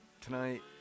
tonight